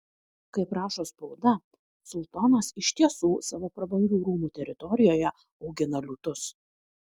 kaip rašo spauda sultonas iš tiesų savo prabangių rūmų teritorijoje augina liūtus